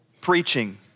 preaching